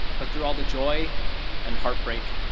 but through all the joy and heartbreak,